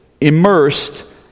immersed